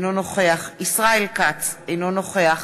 אינו נוכח ישראל כץ, אינו נוכח